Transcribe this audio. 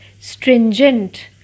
stringent